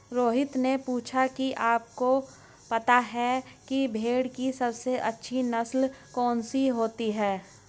रोहित ने पूछा कि आप को पता है भेड़ की सबसे अच्छी नस्ल कौन सी होती है?